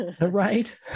right